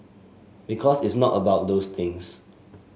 because it's not about those things